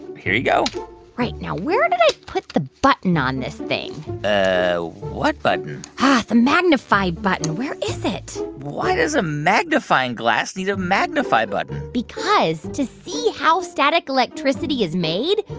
here you go right. now we're going to put the button on this thing ah what button? the magnify button. where is it? why does a magnifying glass need a magnify button? because to see how static electricity is made,